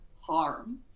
harm